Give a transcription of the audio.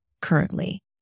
currently